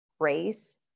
grace